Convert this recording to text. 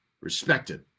respected